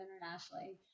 internationally